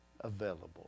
available